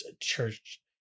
Church